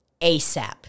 ASAP